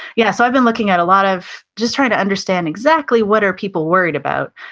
yeah. so, i've been looking at a lot of just trying to understand exactly what are people worried about.